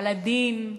על הדין,